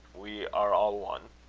we are all one.